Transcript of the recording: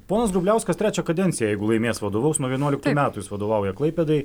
ponas grubliauskas trečią kadenciją jeigu laimės vadovaus nuo vienuoliktų metų jis vadovauja klaipėdai